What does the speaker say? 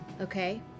Okay